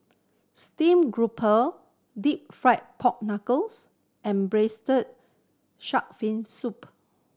stream grouper deep fried pork knuckles and Braised Shark Fin Soup